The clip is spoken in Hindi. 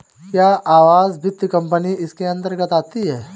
क्या आवास वित्त कंपनी इसके अन्तर्गत आती है?